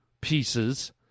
pieces